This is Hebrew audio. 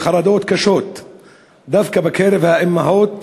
וחרדות קשות דווקא בקרב האימהות